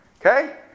Okay